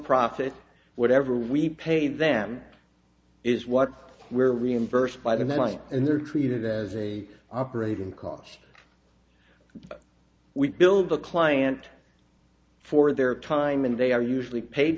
profit whatever we pay them is what we're reimbursed by the men and they're treated as a operating cost we build the client for their time and they are usually paid